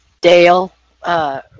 Dale